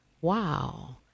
Wow